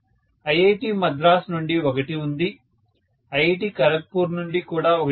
IIT Madras నుండి ఒకటి ఉంది ఐఐటి ఖరగ్పూర్ నుండి కూడా ఒకటి ఉంది